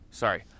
Sorry